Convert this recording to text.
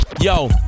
Yo